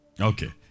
Okay